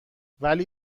ولی